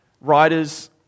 writers